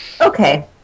Okay